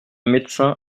médecin